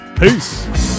Peace